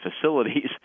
facilities